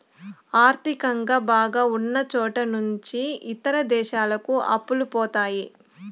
ఆర్థికంగా బాగా ఉన్నచోట నుంచి ఇతర దేశాలకు అప్పులు పోతాయి